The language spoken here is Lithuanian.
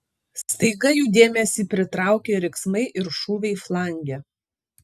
staiga jų dėmesį pritraukė riksmai ir šūviai flange